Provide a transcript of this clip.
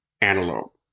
antelope